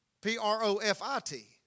P-R-O-F-I-T